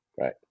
right